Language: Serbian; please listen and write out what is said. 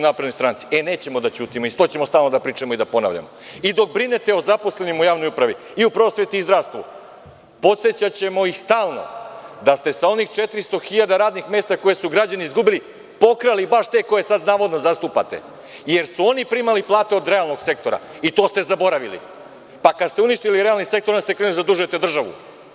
Nećemo da ćutimo i to ćemo stalno da pričamo i da ponavljamo i dok brinete o zaposlenima u javnoj upravi i u prosveti i zdravstvu, podsećaćemo ih stalno da ste sa onih 400 hiljada radnih mesta koje su građani izgubili pokrali baš te koje sada navodno zastupate, jer su oni primali plate od realnog sektora i to ste zaboravili, pa kada ste uništili realni sektor onda ste krenuli da zadužujete državu.